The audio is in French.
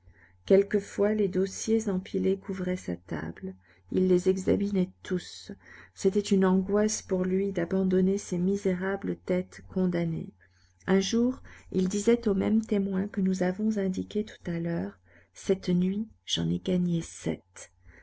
quelquefois les dossiers empilés couvraient sa table il les examinait tous c'était une angoisse pour lui d'abandonner ces misérables têtes condamnées un jour il disait au même témoin que nous avons indiqué tout à l'heure cette nuit j'en ai gagné sept